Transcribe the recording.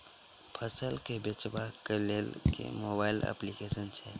फसल केँ बेचबाक केँ लेल केँ मोबाइल अप्लिकेशन छैय?